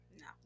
No